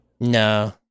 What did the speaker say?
no